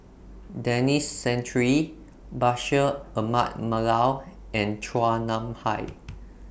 Denis Santry Bashir Ahmad Mallal and Chua Nam Hai